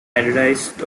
advertised